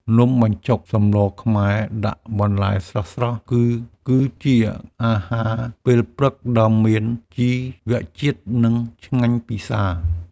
នំបញ្ចុកសម្លខ្មែរដាក់បន្លែស្រស់ៗ គឺជាអាហារពេលព្រឹកដ៏មានជីវជាតិ និងឆ្ងាញ់ពិសា។